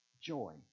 Joy